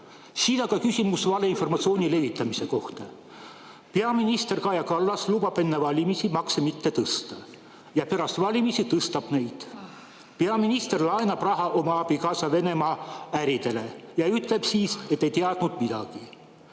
aga küsimus valeinformatsiooni levitamise kohta. Peaminister Kaja Kallas lubab enne valimisi makse mitte tõsta – ja pärast valimisi tõstab neid. Peaminister laenab raha oma abikaasa Venemaa äridele – ja ütleb siis, et ei teadnud midagi.